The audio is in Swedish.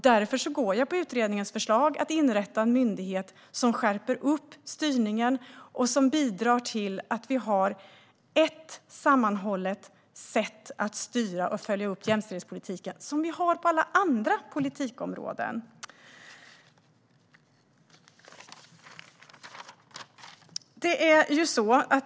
Därför går jag på utredningens förslag om att inrätta en myndighet som skärper upp styrningen och som bidrar till ett sammanhållet sätt att styra och följa upp jämställdhetspolitiken. Det har vi ju på alla andra politikområden.